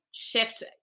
shift